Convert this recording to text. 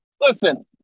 Listen